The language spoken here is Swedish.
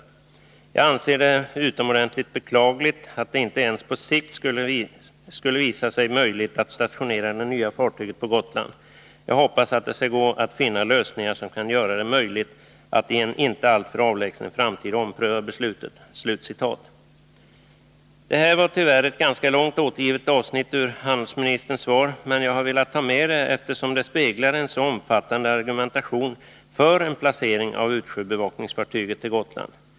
Jag anser det utomordentligt beklagligt om det inte ens på sikt skulle visa sig möjligt att stationera det nya fartyget på Gotland. Jag hoppas att det skall gå att finna lösningar som kan göra det möjligt att i en inte alltför avlägsen framtid ompröva beslutet.” Tyvärr måste jag återge ett ganska långt avsnitt ur handelsministerns svar, men jag har velat ta med det, eftersom det speglar en så omfattande argumentation för en placering av utsjöbevakningsfartyget på Gotland.